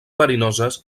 verinoses